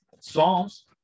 Psalms